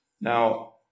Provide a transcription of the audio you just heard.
now